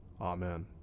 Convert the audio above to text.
Amen